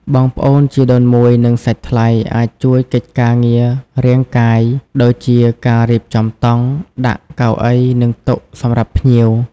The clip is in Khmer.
បងប្អូនជីដូនមួយ និងសាច់ថ្លៃអាចជួយកិច្ចការងាររាងកាយ ដូចជាការ រៀបចំតង់ ដាក់ កៅអី និង តុ សម្រាប់ភ្ញៀវ។